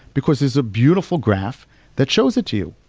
because there's a beautiful graph that shows it to you.